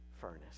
furnace